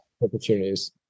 Opportunities